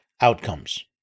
outcomes